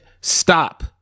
stop